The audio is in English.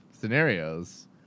scenarios